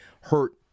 hurt